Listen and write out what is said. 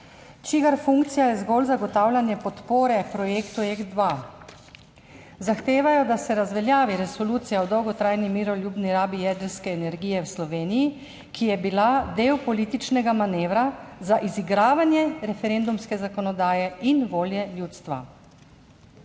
čigar funkcija je zgolj zagotavljanje podpore projektu JEK2. Zahtevajo, da se razveljavi resolucija o dolgotrajni miroljubni rabi jedrske energije v Sloveniji, ki je bila del političnega manevra za izigravanje referendumske zakonodaje in volje ljudstva.